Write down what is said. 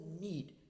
need